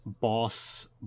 boss